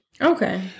Okay